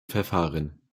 verfahren